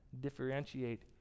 differentiate